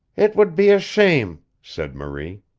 it would be a shame! said marie.